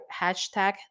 hashtag